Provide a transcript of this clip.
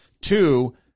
two